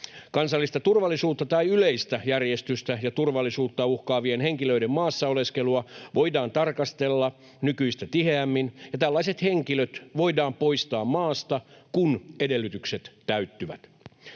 Kansallista turvallisuutta tai yleistä järjestystä ja turvallisuutta uhkaavien henkilöiden maassa oleskelua voidaan tarkastella nykyistä tiheämmin, ja tällaiset henkilöt voidaan poistaa maasta, kun edellytykset täyttyvät.